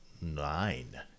nine